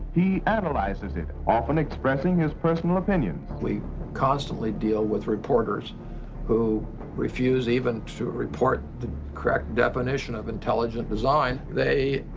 he analyzes it, often expressing his personal opinions. we constantly deal with reporters who refuse even to report the correct definition of intelligent design. they,